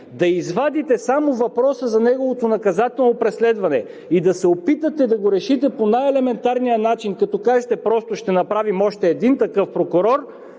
Да извадите само въпроса за неговото наказателно преследване и да се опитате да го решите по най-елементарния начин, като кажете: просто ще направим още един такъв прокурор,